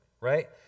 right